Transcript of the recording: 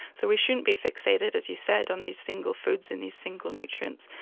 so we shouldn't be fixated, as you said, on these single foods and these single nutrients,